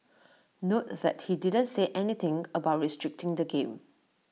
note that he didn't say anything about restricting the game